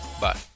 Bye